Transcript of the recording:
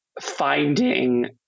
finding